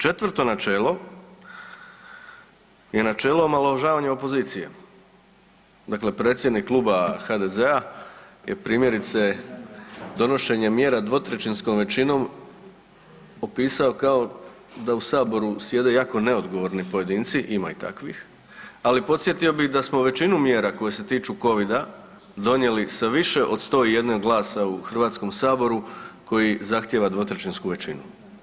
Četvrto načelo je načelo omalovažavanja opozicije, dakle predsjednik kluba HDZ-a je primjerice donošenjem mjera dvotrećinskom većinom opisao kao da u Saboru sjede jako neodgovorni pojedinci, ima i takvih, ali podsjetio bih da smo većinu mjera koje se tiču covida donijeli sa više od 101 glasa u HS-u koji zahtjeva dvotrećinsku većinu.